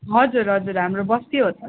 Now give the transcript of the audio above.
हजुर हजुर हाम्रो बस्ती हो त